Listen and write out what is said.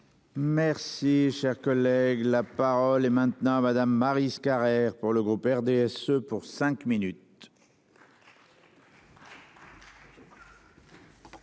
Merci, cher collègue, la parole est maintenant Madame Maryse Carrère pour le groupe RDSE pour cinq minutes.